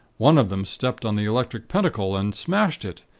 one of them stepped on the electric pentacle, and smashed it,